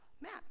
Matt